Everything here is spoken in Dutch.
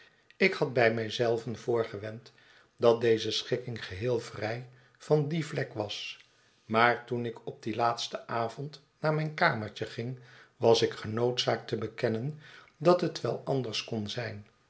ik had bij mij zelven voorgewend dat deze schikking geheel vrij van die vlek was maar toen ik op dien laatsten avond naar mijn kamertje ging was ik genoodzaakt te bekennen dat het wel anders kon zijn